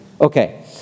Okay